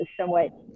somewhat